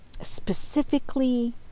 specifically